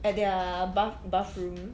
at their bath~ bathroom